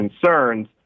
concerns